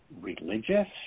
religious